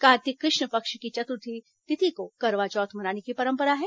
कार्तिक कृष्ण पक्ष की चतुर्थी तिथि को करवा चौथ मनाने की परंपरा है